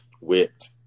whipped